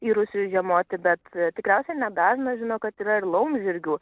rusijos žiemoti bet tikriausiai nedažnas žino kad yra ir laumžirgių